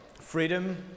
freedom